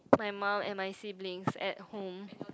my mum and my siblings at home